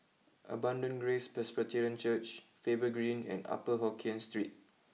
Abundant Grace Presbyterian Church Faber Green and Upper Hokkien Street